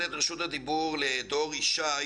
לתת את רשות הדיבור לדור ישי,